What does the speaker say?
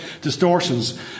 distortions